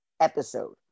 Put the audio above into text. episode